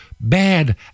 bad